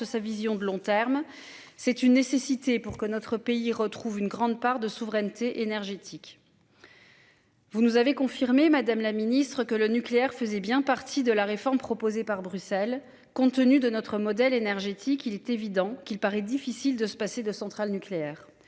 sa vision de long terme, c'est une nécessité pour que notre pays retrouve une grande part de souveraineté énergétique. Vous nous avez confirmé Madame la Ministre que le nucléaire faisait bien partie de la réforme proposée par Bruxelles, compte tenu de notre modèle énergétique. Il est évident qu'il paraît difficile de se passer de centrales nucléaires.